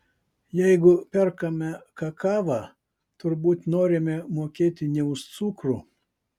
jeigu perkame kakavą turbūt norime mokėti ne už cukrų